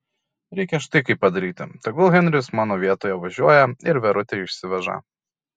reikia štai kaip padaryti tegul henris mano vietoje važiuoja ir verutę išsiveža